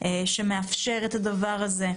שמאפשר את זה.